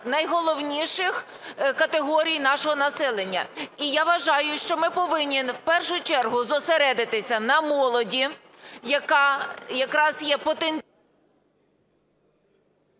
найголовніших категорій нашого населення. І я вважаю, що ми повинні в першу чергу зосередитися на молоді, яка якраз є… ГОЛОВУЮЧИЙ.